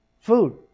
Food